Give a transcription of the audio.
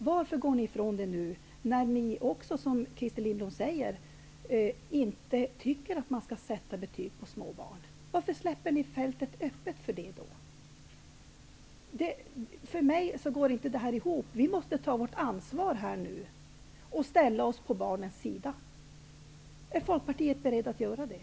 Varför går ni ifrån den enigheten, när ni inte -- som Christer Lindblom sade -- tycker att man skall sätta betyg på småbarns prestationer? Varför lämnar ni då fältet öppet för detta? För mig går det här inte ihop. Vi måste ta vårt ansvar och ställa oss på barnens sida. Är Folkpartiet berett att göra det?